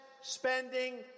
spending